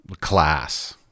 Class